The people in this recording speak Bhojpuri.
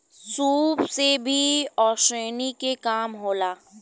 सूप से भी ओसौनी के काम होला